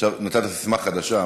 עכשיו מצאתם ססמה חדשה,